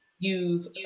use